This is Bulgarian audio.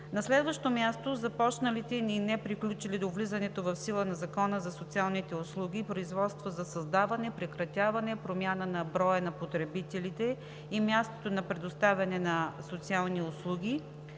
На следващо място – започналите и неприключилите до влизането в сила на Закона за социалните услуги производства за създаване, прекратяване, промяна на броя на потребителите и мястото на предоставяне на социални услуги